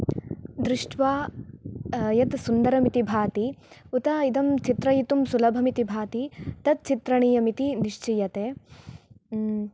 दृष्ट्वा यत् सुन्दरं इति भाति उत इदं चित्रयितुं सुलभम् इति भाति तत् चित्रणीयं इति निश्चीयते